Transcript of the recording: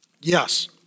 Yes